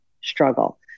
struggle